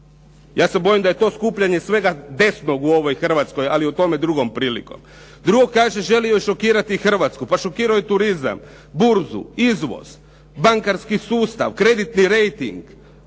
Ja se bojim da je to skupljanje svega desnog u ovoj Hrvatskoj, ali o tome drugom prilikom. Drugo kaže želio je šokirati Hrvatsku. Pa šokirao je turizam, burzu, izvoz, bankarski sustav, kreditni rejting,